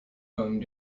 going